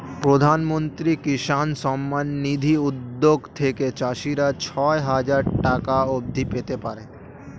প্রধানমন্ত্রী কিষান সম্মান নিধি উদ্যোগ থেকে চাষিরা ছয় হাজার টাকা অবধি পেতে পারে